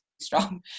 strong